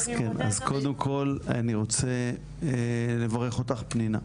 אז קודם כל אני רוצה לברך אותך פנינה,